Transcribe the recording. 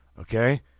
okay